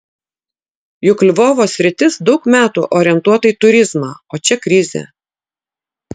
juk lvovo sritis daug metų orientuota į turizmą o čia krizė